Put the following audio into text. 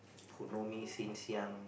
who know me since young